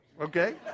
okay